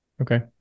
Okay